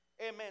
Amen